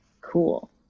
cool